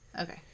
Okay